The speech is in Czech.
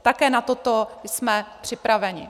Také na toto jsme připraveni.